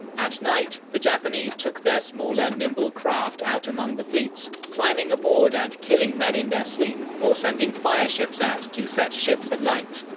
at night, the japanese took their smaller, nimble craft out among the fleets, climbing aboard and killing men in their sleep or sending fire ships out to set ships alight.